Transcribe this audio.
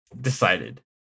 decided